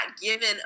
given